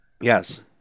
Yes